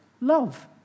love